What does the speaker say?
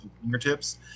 fingertips